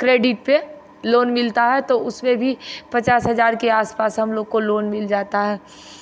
credit पर loan मिलता है तो उसपे भी पचास हज़ार के आस पास हमलोग को लोन मिल जाता है